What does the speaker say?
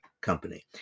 Company